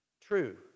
true